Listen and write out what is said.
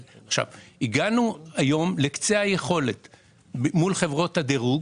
הגענו היום לקצה היכולת מול חברות הדירוג